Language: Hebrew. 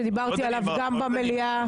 שדיברתי עליו גם במליאה.